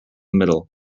middle